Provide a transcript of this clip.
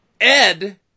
Ed